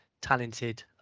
talented